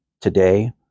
today